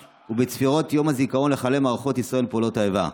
ובצפירת יום הזיכרון לחללי מערכות ישראל ופעולות האיבה.